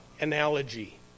Analogy